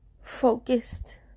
focused